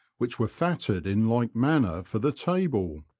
which were fatted in like manner for the table.